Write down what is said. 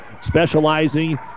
specializing